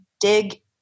dig